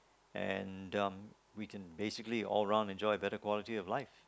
and um we can basically all around enjoy a better quality of life